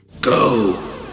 Go